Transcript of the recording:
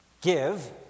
Give